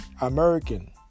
American